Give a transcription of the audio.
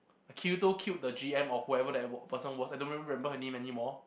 Kirito killed the G_M or whoever that person was I don't remember her name anymore